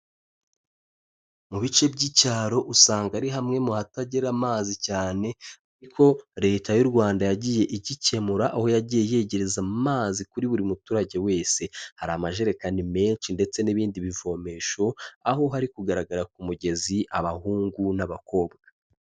Mu bice by'icyaro, usanga ari hamwe mu hatagera amazi cyane ariko Leta y'u Rwanda yagiye igikemura, aho yagiye yegereza amazi kuri buri muturage wese. Hari amajerekani menshi ndetse n'ibindi bivomesho, aho hari kugaragara ku mugezi, abahungu n'abakobwa.